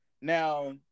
Now